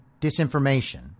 disinformation